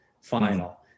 final